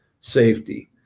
safety